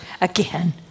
again